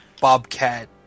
bobcat